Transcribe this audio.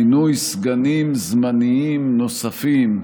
מינוי סגנים זמניים נוספים,